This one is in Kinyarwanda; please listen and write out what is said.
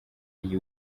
iyi